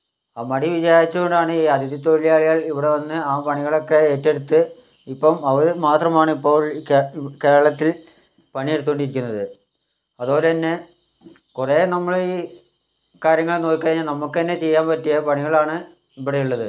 ആ മടി വിചാരിച്ചതു കൊണ്ടാണ് അഥിതി തൊഴിലാളികൾ ഇവിടെ വന്ന് ആ പണികളൊക്കെ ഏറ്റെടുത്ത് ഇപ്പം അവര് മാത്രമാണ് ഇപ്പോൾ കേരളത്തിൽ പണിയെടുത്തുകൊണ്ടിരിക്കുന്നത് അതുപോലെ തന്നെ കുറേ നമ്മള് ഈ കാര്യങ്ങൾ നോക്കിക്കഴിഞ്ഞാൽ നമുക്ക് തന്നെ ചെയ്യാൻ പറ്റിയ പണികളാണ് ഇവിടെയുള്ളത്